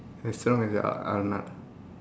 as strong as Arnold